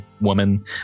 woman